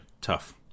tough